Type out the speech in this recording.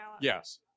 Yes